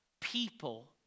people